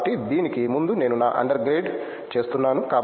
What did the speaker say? కాబట్టి దీనికి ముందు నేను నా అండర్ గ్రేడ్ చేస్తున్నాను